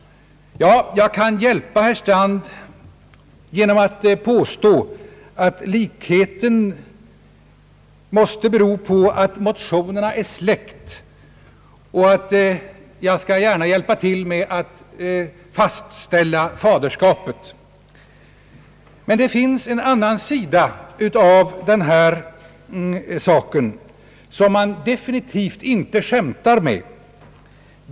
Jag kan hjälpa herr Strand genom att påstå att likheten måste bero på att motionerna är besläktade, och jag skall gärna hjälpa till med att fastställa faderskapet. Men det finns en annan sida av saken som man definitivt inte skämtar med.